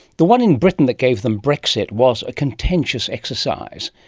the one in britain that gave them brexit was a contentious exercise.